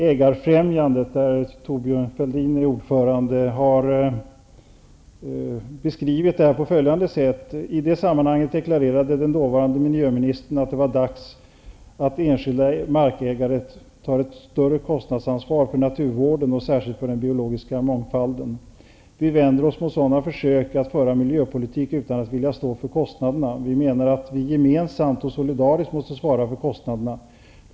Ägarfrämjandet, där Thorbjörn Fälldin är ordförande, har beskrivit detta på följande sätt: I det sammanhanget deklarerade den dåvarande miljöministern att det var dags att enskilda markägare tog ett större kostnadsansvar för naturvården, särskilt för den biologiska mångfalden. Vi vänder oss mot sådana försök att föra miljöpolitik utan att vilja stå för kostnaderna. Vi menar att vi gemensamt och solidariskt måste svara för kostnaderna.